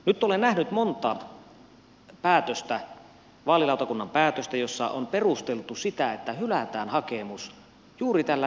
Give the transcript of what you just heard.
nyt olen nähnyt monta vaalilautakunnan päätöstä joissa on perusteltu sitä että hylätään hakemus juuri tällä ryhmähyväksynnällä